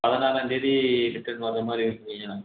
பதினாறாந்தேதி return வர மாதிரி இருக்கும்ங்க ஐயா